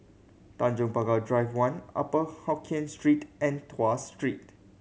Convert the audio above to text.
Tanjong Pagar Drive One Upper Hokkien Street and Tuas Street